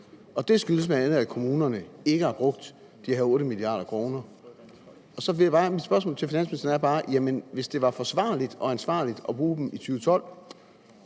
Det skyldes bl.a., at kommunerne ikke har brugt de her 8 mia. kr. Så mit spørgsmål til finansministeren er bare: Jamen hvis det var forsvarligt og ansvarligt at bruge dem i 2012,